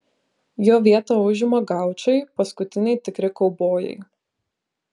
jo vietą užima gaučai paskutiniai tikri kaubojai